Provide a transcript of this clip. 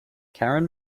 karen